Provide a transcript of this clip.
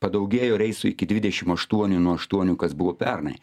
padaugėjo reisų iki dvidešim aštuonių nuo aštuonių kas buvo pernai